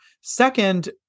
Second